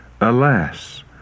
Alas